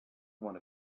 one